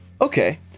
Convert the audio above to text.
okay